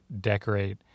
decorate